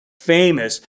famous